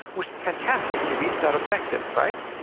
which is fantastic, he reached that objective, right?